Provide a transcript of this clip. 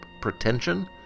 Pretension